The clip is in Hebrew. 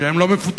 שהם לא מפותחים,